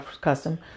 custom